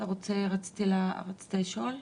רצית לשאול?